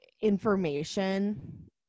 information